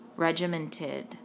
regimented